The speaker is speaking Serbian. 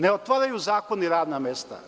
Ne otvaraju zakoni radna mesta.